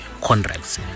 contracts